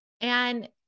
And-